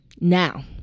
Now